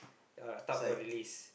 yeah top all the list